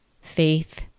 faith